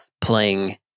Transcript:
playing